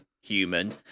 human